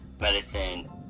medicine